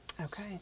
Okay